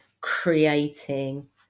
creating